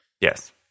Yes